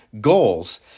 goals